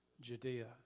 Judea